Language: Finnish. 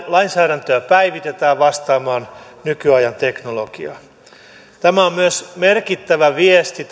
lainsäädäntöä päivitetään vastaamaan nykyajan teknologiaa tämä lakialoite on myös merkittävä viesti